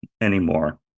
anymore